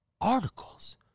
articles